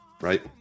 right